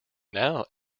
now